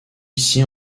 ici